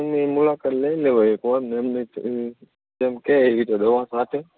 એમની મુલાકાત લઈ લેવાય એકવાર અને એમને જેમ કહે એ રીતે દવા છાંટે